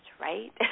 right